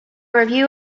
review